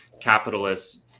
capitalists